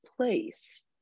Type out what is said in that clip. Place